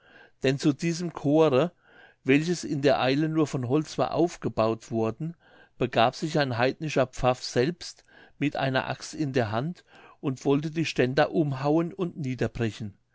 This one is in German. denn zu diesem chore welches in der eile nur von holz war aufgebaut worden begab sich ein heidnischer pfaff selbst mit einer axt in der hand und wollte die ständer umhauen und niederbrechen